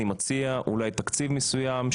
אני מציע אולי תקציב מסוים,